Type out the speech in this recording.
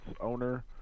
owner